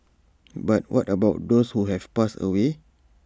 but what about those who have passed away